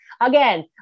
again